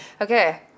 Okay